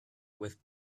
with